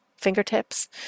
fingertips